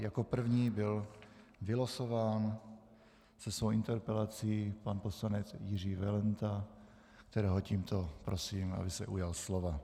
Jako první byl vylosován se svou interpelací pan poslanec Jiří Valenta, kterého tímto prosím, aby se ujal slova.